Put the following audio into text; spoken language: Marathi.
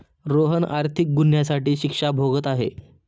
रोहन आर्थिक गुन्ह्यासाठी शिक्षा भोगत आहे